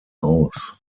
aus